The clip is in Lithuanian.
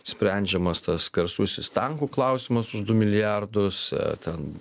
sprendžiamas tas garsusis tankų klausimas už du milijardus ten